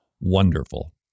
wonderful